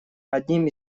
одним